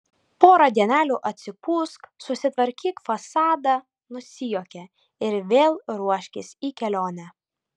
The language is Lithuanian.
porą dienelių atsipūsk susitvarkyk fasadą nusijuokė ir vėl ruoškis į kelionę